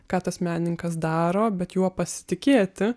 ką tas menininkas daro bet juo pasitikėti